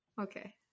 Okay